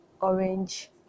orange